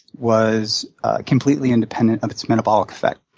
was completely independent of its metabolic effect.